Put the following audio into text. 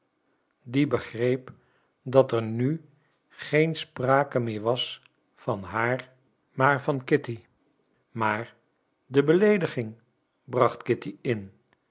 die begreep dat er nu geen sprake meer was van haar maar van kitty maar de beleediging bracht kitty in